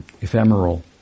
ephemeral